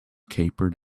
capered